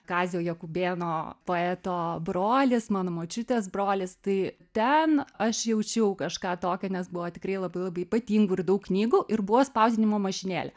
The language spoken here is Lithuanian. kazio jakubėno poeto brolis mano močiutės brolis tai ten aš jaučiau kažką tokio nes buvo tikrai labai labai ypatingų ir daug knygų ir buvo spausdinimo mašinėlė